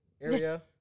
area